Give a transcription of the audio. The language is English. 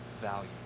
value